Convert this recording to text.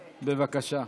בבקשה.